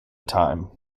time